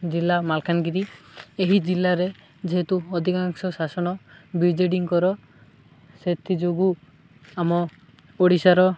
ଜିଲ୍ଲା ମାଲକାନଗିରି ଏହି ଜିଲ୍ଲାରେ ଯେହେତୁ ଅଧିକାଂଶ ଶାସନ ବିଜେଡ଼ିଙ୍କର ସେଥିଯୋଗୁଁ ଆମ ଓଡ଼ିଶାର